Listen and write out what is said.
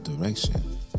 direction